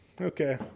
Okay